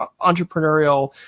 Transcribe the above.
entrepreneurial